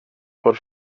bod